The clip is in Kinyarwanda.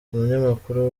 umunyamakuru